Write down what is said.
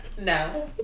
no